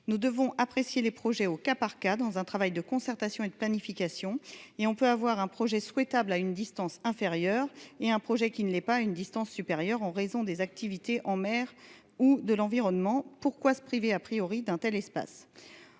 nous devons apprécier les projets au cas par cas dans un travail de concertation et de planification et on peut avoir un projet souhaitable à une distance inférieure et un projet qui ne l'est pas une distance supérieure en raison des activités en mer ou de l'environnement, pourquoi se priver a priori d'un tel espace